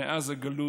מאז הגלות,